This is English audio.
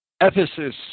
Ephesus